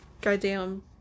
Goddamn